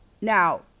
Now